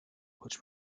which